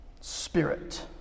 spirit